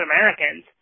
Americans